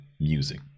music